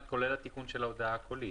כולל התיקון של ההודעה הקולית?